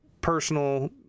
personal